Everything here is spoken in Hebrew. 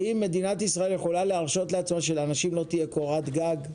האם מדינת ישראל יכולה להרשות לעצמה שלאנשים לא תהיה קורת גג?